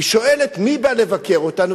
היא שואלת: מי בא לבקר אותנו?